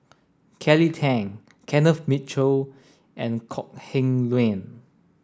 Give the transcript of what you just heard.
Kelly Tang Kenneth Mitchell and Kok Heng Leun